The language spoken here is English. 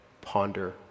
ponder